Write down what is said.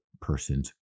person's